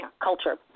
culture